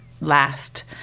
last